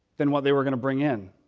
than what they were going to bring in?